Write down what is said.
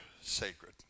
sacred